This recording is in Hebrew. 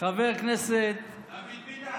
חבר הכנסת דוד ביטן,